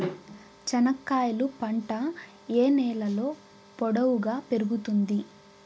చెనక్కాయలు పంట ఏ నేలలో పొడువుగా పెరుగుతుంది?